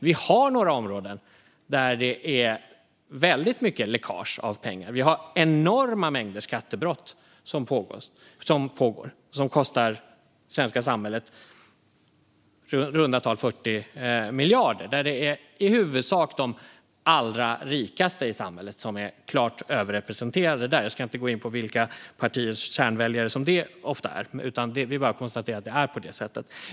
Vi har dock några områden där det finns ett väldigt stort läckage av pengar. Det begås enorma mängder skattebrott som kostar det svenska samhället i runda tal 40 miljarder. Där är det de allra rikaste i samhället som är klart överrepresenterade; jag ska inte gå in på vilka partiers kärnväljare det ofta handlar om, utan jag bara konstaterar att det är på det sättet.